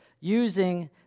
using